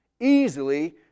easily